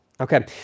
Okay